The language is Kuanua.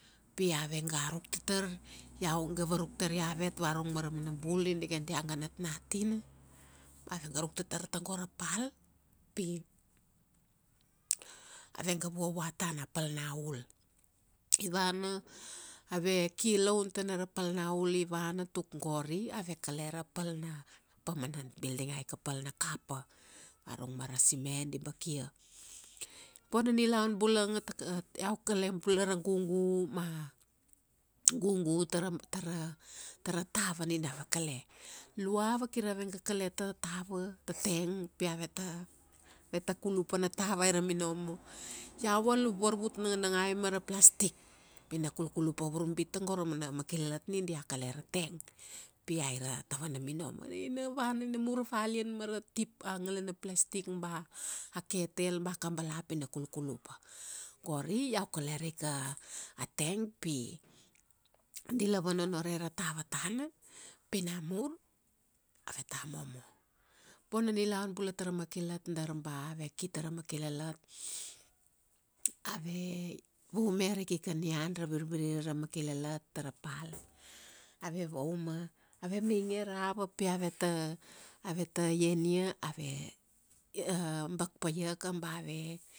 Pi avega ruk tatar. Iau ga varuk tar iavet varurung mara mana bul, ni- nina dia ga natnatina, avega ruk tatar tago ra pal, pi avega vua vua tana. A pal na ul. I vana, ave kilaun tana ra pal na ul ivana tuk gori, ave kale ra pal na, permanant building. Aika pal na kapa. Varung mara cement di bakia. Bona nilaun bulanga, taka, iau kale bula ra gugu, ma, a gugu tara tara tara tava ni dala kale. Lua vega kale ta tava, ta teng. Pi aveta veta kulupa na tava aira minomo. Iau a lup varvut nanganangai mara plastic. Pi na kulkulupa vurbit tago ra mana makilalat ni dia kale ra teng. Pi aira tava na minomo. Naina vana, ina mur ra valian mara, tip, a ngalana plastic ba a ketel ba kabala pi na kulkulupa. Gori iau kale raika, a teng pi, di la vanonore ra tava tana, pi namur aveta momo. Bona nilaun bula tara makilalat dar ba ave ki tara makilalat, ave vaume ra ikika nian ra virviri ra makilalat tara pal, ave vauma, ave mainge ra ava pi aveta, aveta ian ia, ave abak paiaka ba ave